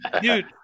dude